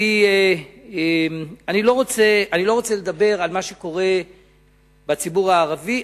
אני לא רוצה לדבר על מה שקורה בציבור הערבי,